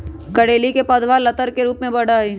करेली के पौधवा लतर के रूप में बढ़ा हई